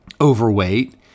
overweight